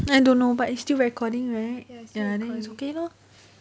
I don't know but it's still recording right ya then it's okay lor